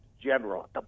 general